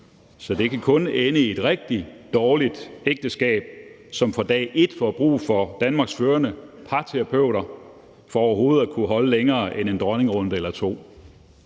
så det kan kun ende i et rigtig dårligt ægteskab, som fra dag et får brug for Danmarks førende parterapeuter for overhovedet at kunne holde længere end en dronningerunde eller to.